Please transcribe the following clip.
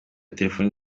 telefoni